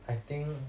I think